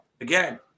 again